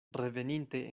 reveninte